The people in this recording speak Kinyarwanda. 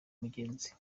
umugenzi